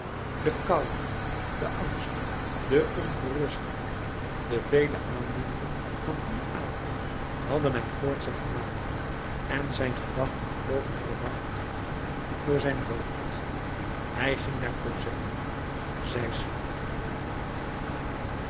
de koude de angst de ongerustheid de vele aandoeningen van dien avond hadden hem koortsig gemaakt en zijn gedachten vlogen verward door zijn hoofd hij ging naar cosette zij sliep